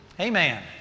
Amen